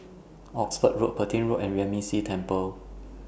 Oxford Road Petain Road and Yuan Ming Si Temple